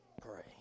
pray